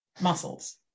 muscles